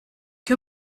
que